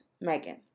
Megan